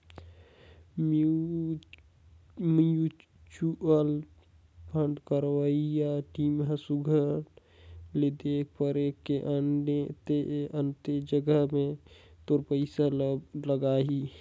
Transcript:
mutual fund करवइया team ह सुग्घर ले देख परेख के अन्ते अन्ते जगहा में तोर पइसा ल लगाहीं